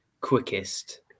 quickest